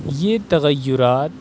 یہ تغیرات